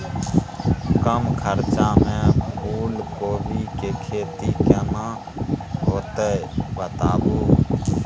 कम खर्चा में फूलकोबी के खेती केना होते बताबू?